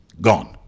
Gone